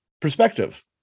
perspective